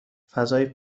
فضای